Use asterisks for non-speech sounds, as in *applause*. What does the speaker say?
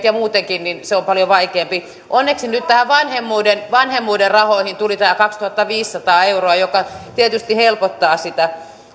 *unintelligible* ja muutenkin on paljon vaikeampaa onneksi nyt näihin vanhemmuuden rahoihin tuli tämä kaksituhattaviisisataa euroa mikä tietysti helpottaa sitä